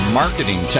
marketing